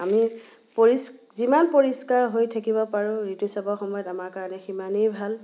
আমি পৰিষ্ যিমান পৰিষ্কাৰ হৈ থাকিব পাৰোঁ ঋতুস্ৰাৱৰ সময়ত আমাৰ কাৰণে সিমানেই ভাল